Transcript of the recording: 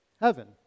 Heaven